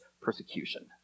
persecution